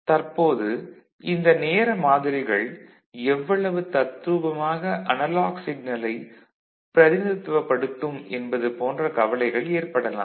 தற்போது இந்த நேர மாதிரிகள் எவ்வளவு தத்ரூபமாக அனலாக் சிக்னலை பிரதிநிதித்துவப்படுத்தும் என்பது போன்ற கவலைகள் ஏற்படலாம்